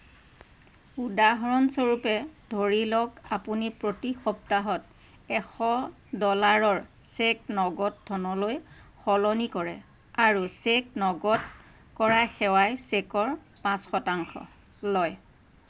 উদাহৰণস্বৰূপে ধৰি লওক আপুনি প্ৰতি সপ্তাহত এশ ডলাৰৰ চেক নগদ ধনলৈ সলনি কৰে আৰু চেক নগদ কৰা সেৱাই চেকৰ পাঁচ শতাংশ লয়